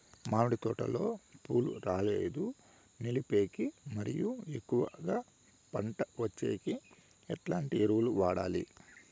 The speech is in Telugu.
మామిడి తోటలో పూలు రాలేదు నిలిపేకి మరియు ఎక్కువగా పంట వచ్చేకి ఎట్లాంటి ఎరువులు వాడాలి?